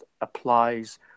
applies